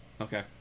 Okay